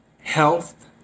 health